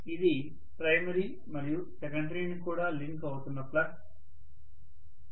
ఇది ప్రైమరీ మరియు సెకండరీని కూడా లింక్ అవుతున్న ఫ్లక్స్